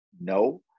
no